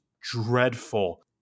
dreadful